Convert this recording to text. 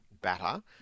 batter